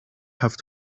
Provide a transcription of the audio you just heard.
have